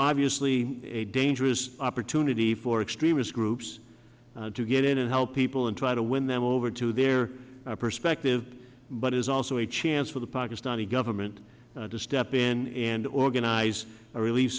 obviously a dangerous opportunity for extremist groups to get in and help people and try to win them over to their perspective but it is also a chance for the pakistani government to step in and organize a rel